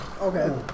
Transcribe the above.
Okay